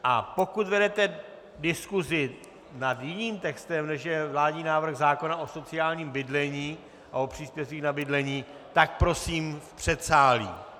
A pokud vedete diskusi nad jiným textem, než je vládní návrh zákona o sociálním bydlení a o příspěvcích na bydlení, tak prosím v předsálí.